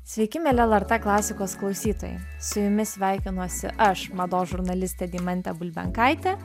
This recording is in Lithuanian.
sveiki mieli lrt klasikos klausytojai su jumis sveikinuosi aš mados žurnalistė deimantė bulbenkaitė